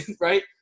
right